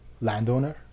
landowner